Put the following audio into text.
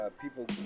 People